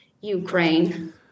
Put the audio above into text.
Ukraine